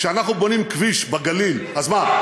כשאנחנו בונים כביש בגליל, אז מה?